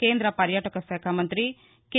కేంద పర్యాటక శాఖ మంత్రి కె